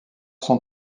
son